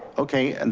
okay, and